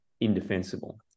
indefensible